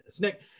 Nick